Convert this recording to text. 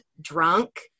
drunk